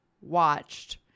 watched